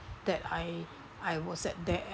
that I I was at that